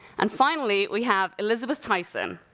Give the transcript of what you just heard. and finally, we have elizabeth tyson.